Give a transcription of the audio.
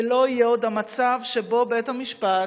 ולא יהיה עוד המצב שבו בית-המשפט